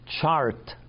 chart